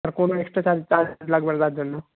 আর কোনো extra charge charge লাগবে না তার জন্য